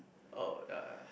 uh ya